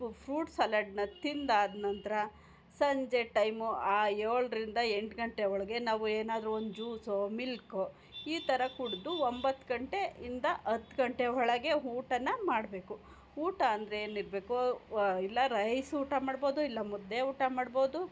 fruit ಸಲಾಡನ್ನ ತಿಂದು ಆದ ನಂತರ ಸಂಜೆ ಟೈಮು ಆ ಏಳರಿಂದ ಎಂಟು ಗಂಟೆ ಒಳಗೆ ನಾವು ಏನಾದ್ರೂ ಒಂದು ಜೂಸೋ ಮಿಲ್ಕ್ ಈ ಥರ ಕುಡಿದು ಒಂಬತ್ತು ಗಂಟೆ ಇಂದ ಹತ್ತು ಗಂಟೆ ಒಳಗೆ ಊಟನ ಮಾಡಬೇಕು ಊಟ ಅಂದರೆ ಏನು ಇರಬೇಕು ಇಲ್ಲ ರೈಸ್ ಊಟ ಮಾಡ್ಬೋದು ಇಲ್ಲ ಮುದ್ದೆ ಊಟ ಮಾಡ್ಬೋದು